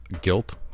guilt